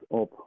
up